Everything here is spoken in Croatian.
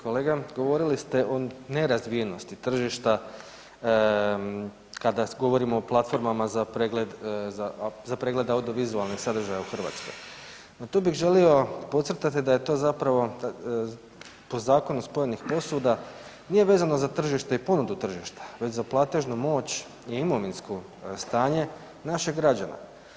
Kolega, govorili ste o nerazvijenosti tržišta, kada govorimo o platformama za pregled audiovizualnih sadržaja u Hrvatskoj no tu bih želio podcrtati da je to zapravo po zakonu spojenih posuda, nije vezano za tržište i ponudu tržišta već za platežnu moć i imovinsko stanje naših građana.